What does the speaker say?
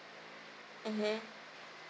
mmhmm